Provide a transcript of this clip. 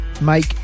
Make